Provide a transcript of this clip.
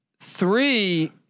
three